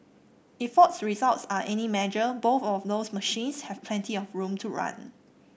if Ford's results are any measure both of those machines have plenty of room to run